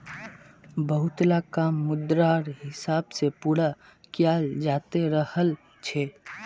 बहुतला काम मुद्रार हिसाब से पूरा कियाल जाते रहल छे